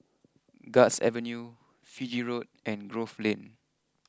Guards Avenue Fiji Road and Grove Lane